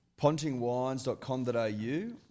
Pontingwines.com.au